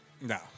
no